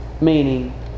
meaning